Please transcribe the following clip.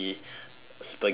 spaghetti